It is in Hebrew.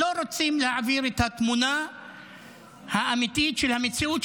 לא רוצים להעביר את התמונה האמיתית של המציאות,